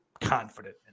confident